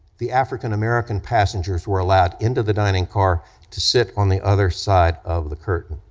the african-american passengers were allowed into the dining car to sit on the other side of the curtain.